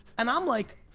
and i'm like,